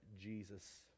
Jesus